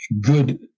good